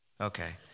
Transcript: Okay